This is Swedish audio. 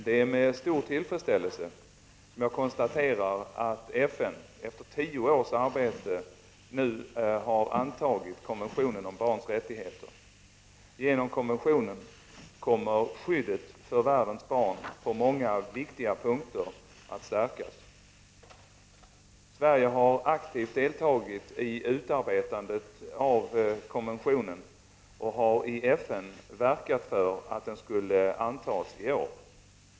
Det är med stor tillfredsställelse som jag konstaterar att FN, efter tio års arbete, nu har antagit konventionen om barns rättigheter. Genom konventionen kommer skyddet för världens barn på många viktiga punkter att stärkas. Sverige har aktivt deltagit i utarbetandet av konventionen och har i FN verkat för att den skulle kunna antas i år.